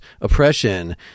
oppression